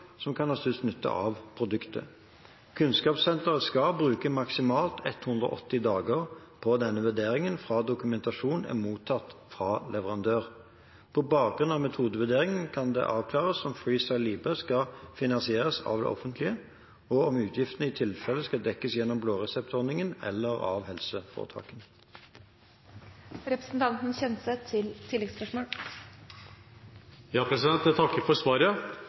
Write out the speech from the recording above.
som kan ha størst nytte av produktet. Kunnskapssenteret skal bruke maksimalt 180 dager på denne vurderingen fra dokumentasjon er mottatt fra leverandøren. På bakgrunn av metodevurderingen kan det avklares om FreeStyle Libre skal finansieres av det offentlige, og om utgiftene i tilfelle skal dekkes gjennom blåreseptordningen eller av helseforetakene. Jeg takker for svaret – det er vel omtrent det samme som jeg